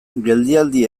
geldialdi